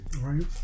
Right